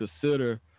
consider